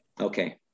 Okay